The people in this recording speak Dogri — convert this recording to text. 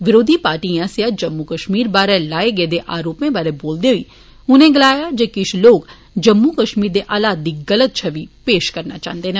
विरोधी पार्टिएं आस्सेआ जम्मू कश्मीर बारै लाए गेदे आरोपें उप्पर बोलदे होई उनें गलाया जे किश लोक जम्मू कश्मीर दे हालात दी गलत छवि पेश करना चाहंदे न